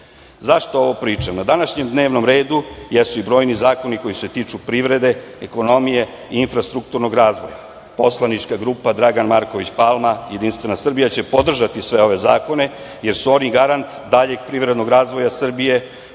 ovo pričam? Na današnjem dnevnom redu jesu i brojni zakoni koji se tiču privrede, ekonomije i infrastrukturnog razvoja. Poslanička grupa Dragan Marković Palma Jedinstvena Srbija će podržati sve ove zakone jer su oni garant daljeg privrednog razvoja Srbije.